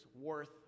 worth